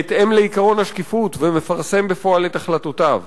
בהתאם לעקרון השקיפות ומפרסם בפועל את החלטותיו".